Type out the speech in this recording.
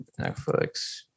Netflix